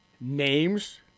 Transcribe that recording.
names